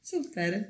Super